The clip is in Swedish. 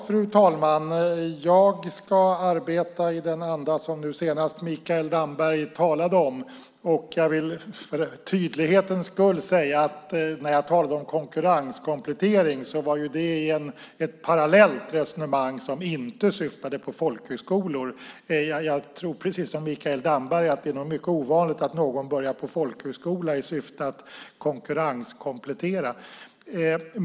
Fru talman! Jag ska arbeta i den anda som nu senast Mikael Damberg talade om. Jag vill för tydlighetens skull säga att det, när jag talade om konkurrenskomplettering, var ett parallellt resonemang som inte syftade på folkhögskolor. Jag tror, precis som Mikael Damberg, att det är mycket ovanligt att någon börjar på folkhögskola i syfte att konkurrenskomplettera.